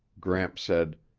gramps said,